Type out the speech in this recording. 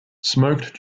smoked